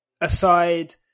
aside